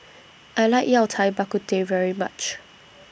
I like Yao Cai Bak Kut Teh very much